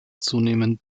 zunehmend